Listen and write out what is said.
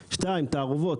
דבר שני, תערובות.